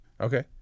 Okay